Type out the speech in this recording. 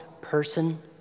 person